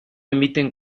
emiten